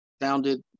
founded